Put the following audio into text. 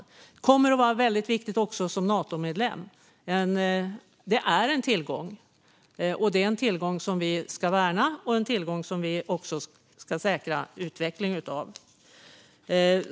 Detta kommer att vara väldigt viktigt också för Sverige som Natomedlem. Den är en tillgång som vi ska värna och säkra utvecklingen av.